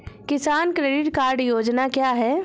किसान credit card योजना क्या है?